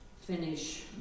finish